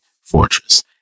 fortress